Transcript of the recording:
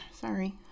sorry